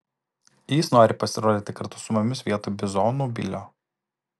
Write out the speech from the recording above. jis nori pasirodyti kartu su mumis vietoj bizonų bilio